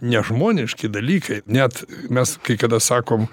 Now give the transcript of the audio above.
nežmoniški dalykai net mes kai kada sakom